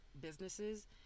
businesses